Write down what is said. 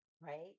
right